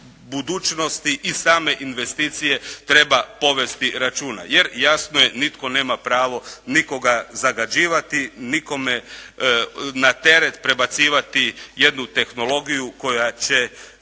budućnosti i same investicije treba povesti računa, jer jasno je nitko nema pravo nikoga zagađivati, nikome na teret prebacivati jednu tehnologiju koja će